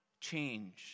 change